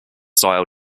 style